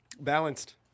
Balanced